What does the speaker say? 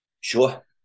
sure